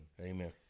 Amen